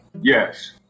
yes